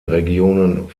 regionen